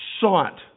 sought